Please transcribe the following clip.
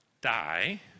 die